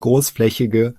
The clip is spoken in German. großflächige